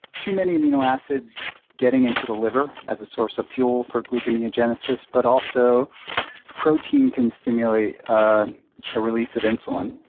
too many amino acids getting into the liver as a source of fuel for gluconeogenesis, but also protein can stimulate a release of insulin,